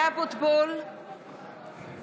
(קוראת בשמות חברי הכנסת)